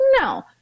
No